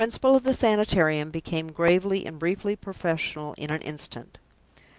the principal of the sanitarium became gravely and briefly professional in an instant.